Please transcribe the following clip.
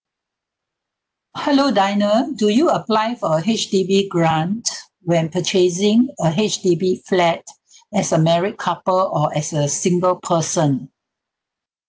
hello diana do you apply for a H_D_B grant when purchasing a H_D_B flat as a married couple or as a single person